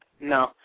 No